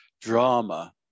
drama